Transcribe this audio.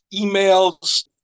emails